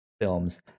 films